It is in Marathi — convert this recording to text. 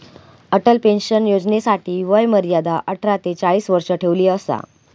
अटल पेंशन योजनेसाठी वय मर्यादा अठरा ते चाळीस वर्ष ठेवली असा